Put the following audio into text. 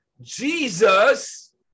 Jesus